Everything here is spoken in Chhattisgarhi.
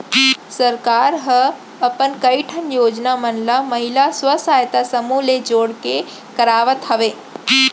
सरकार ह अपन कई ठन योजना मन ल महिला स्व सहायता समूह ले जोड़ के करवात हवय